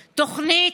הזה?